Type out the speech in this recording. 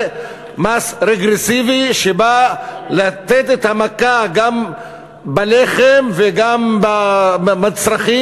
זה מס רגרסיבי שבא לתת את המכה גם בלחם וגם במצרכים,